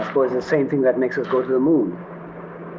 suppose the same thing that makes us go to the moon,